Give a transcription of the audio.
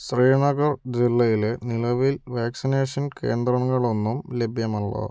ശ്രീനഗർ ജില്ലയിൽ നിലവിൽ വാക്സിനേഷൻ കേന്ദ്രങ്ങളൊന്നും ലഭ്യമല്ല